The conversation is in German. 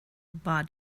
war